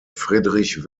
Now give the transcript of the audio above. friedrich